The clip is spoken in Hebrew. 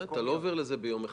בסדר, אתה לא עובר לזה ביום אחד.